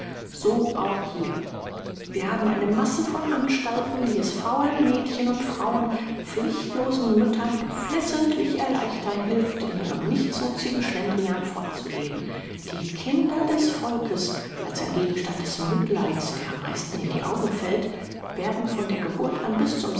so auch hier wir haben eine masse von anstalten die es faulen mädchen und frauen pflichtlosen müttern geflissentlich erleichtern hilft in ihrem nichtsnutzigen schlendrian fortzuleben die kinder des volkes als ein gegenstand des mitleids der am meisten in die augen fällt werden von der geburt an bis zum